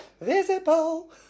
visible